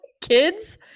kids